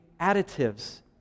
additives